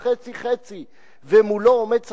חצי-חצי ומולו עומד סחטן,